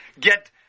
get